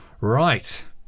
Right